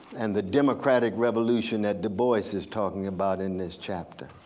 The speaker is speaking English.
and the democratic revolution that du bois is talking about in this chapter?